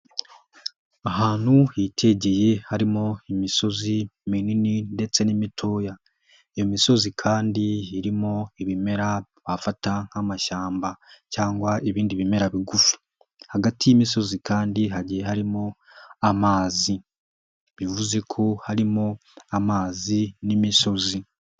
Ahantu hitegeye harimo imisozi minini ndetse n'imitoya iyo misozi kandi irimo ibimera bafata nk'amashyamba cyangwa ibindi bimera bigufi hagati y'imisozi kandi hagiye harimo amazi bivuze ko harimo amazi n'imisozi.